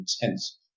intense